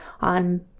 on